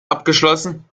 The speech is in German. abgeschlossen